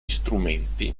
strumenti